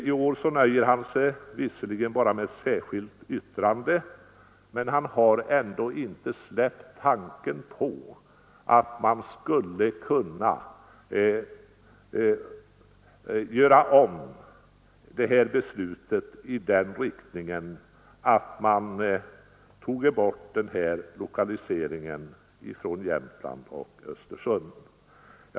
I år nöjer han sig visserligen med bara ett särskilt yttrande, men han har ändå inte släppt tanken på att man skulle kunna ändra beslutet i den riktningen att man tog bort lokaliseringen från Jämtland och Östersund.